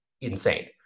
insane